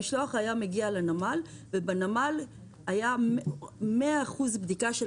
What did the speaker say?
וכשהמשלוח היה מגיע לנמל הייתה נעשית 100% בדיקה של